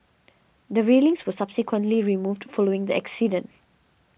the railings were subsequently removed following the accident